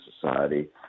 Society